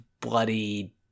bloody